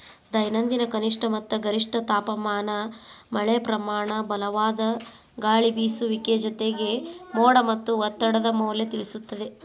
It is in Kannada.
ದೈನಂದಿನ ಕನಿಷ್ಠ ಮತ್ತ ಗರಿಷ್ಠ ತಾಪಮಾನ ಮಳೆಪ್ರಮಾನ ಬಲವಾದ ಗಾಳಿಬೇಸುವಿಕೆ ಜೊತೆಗೆ ಮೋಡ ಮತ್ತ ಒತ್ತಡದ ಮೌಲ್ಯ ತಿಳಿಸುತ್ತದೆ